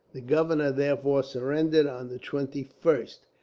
the governor, therefore, surrendered on the twenty first.